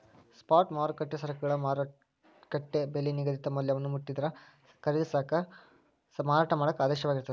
spot ಮಾರುಕಟ್ಟೆ ಸರಕುಗಳ ಮಾರುಕಟ್ಟೆ ಬೆಲಿ ನಿಗದಿತ ಮೌಲ್ಯವನ್ನ ಮುಟ್ಟಿದ್ರ ಖರೇದಿಸಾಕ ಮಾರಾಟ ಮಾಡಾಕ ಆದೇಶವಾಗಿರ್ತದ